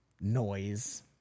noise